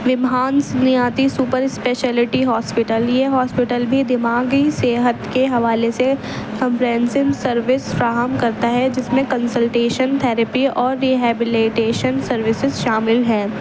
یہ ہاسپٹل بھی دماغی صحت کے حوالے سے سروس فراہم کرتا ہے جس میں کنسلٹیشن تھیراپی اور سروسز شامل ہیں